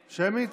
שמית?